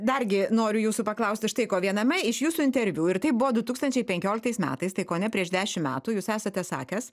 dargi noriu jūsų paklausti štai ko viename iš jūsų interviu ir tai buvo du tūkstančiai penkioliktais metais tai kone prieš dešim metų jūs esate sakęs